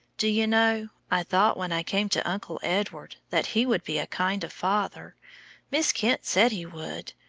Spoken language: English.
do you know, i thought when i came to uncle edward that he would be a kind of father miss kent said he would.